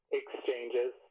exchanges